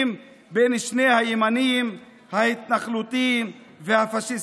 בין שני הימנים ההתנחלותיים והפשיסטיים.